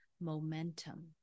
momentum